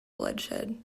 bloodshed